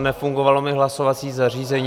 Nefungovalo mi hlasovací zařízení.